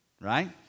right